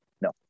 no